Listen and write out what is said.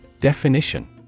Definition